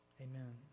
Amen